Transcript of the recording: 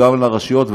וגם לרשויות,